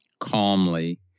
calmly